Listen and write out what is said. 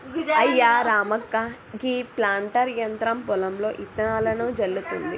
అయ్యా రామక్క గీ ప్లాంటర్ యంత్రం పొలంలో ఇత్తనాలను జల్లుతుంది